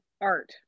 art